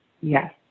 yes